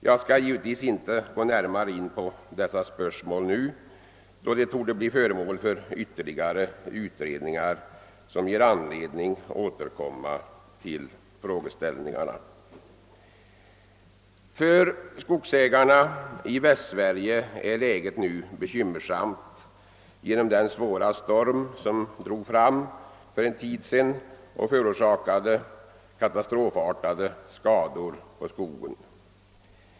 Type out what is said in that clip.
Jag skall givetvis inte gå närmare in på dessa spörsmål nu, eftersom de torde bli föremål för ytterligare utredningar som ger anledning att återkomma i ärendet. För skogsägarna i Västsverige är Jäget nu bekymmersamt på grund av den svåra storm som drog fram för en tid sedan och som förorsakade katastrofartade skador på skogen.